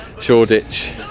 Shoreditch